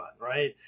right